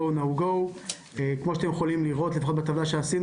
/ No Go. כמו שאתם יכולים לראות לפחות בטבלה שעשינו